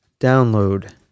download